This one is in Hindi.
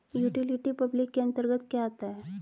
यूटिलिटी पब्लिक के अंतर्गत क्या आता है?